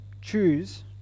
choose